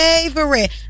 favorite